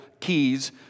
keys